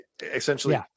essentially